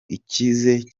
ikize